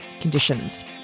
conditions